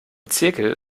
zirkel